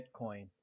Bitcoin